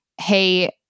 hey